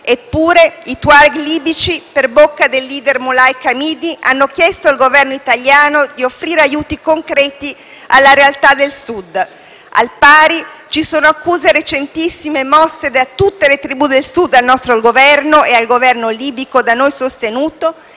Eppure, i Tuareg libici, per bocca del *leader* Moulay Kamidi, hanno chiesto al Governo italiano di offrire aiuti concreti alla realtà del Sud. Al pari, ci sono accuse recentissime, mosse da tutte le tribù del Sud al nostro Governo e al Governo libico da noi sostenuto,